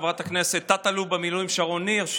חברת הכנסת תת-אלוף במילואים שרון ניר.